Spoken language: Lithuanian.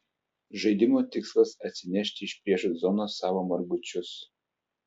žaidimo tikslas atsinešti iš priešų zonos savo margučius